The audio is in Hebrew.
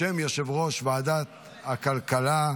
בשם יושב-ראש ועדת הכלכלה,